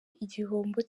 igihombo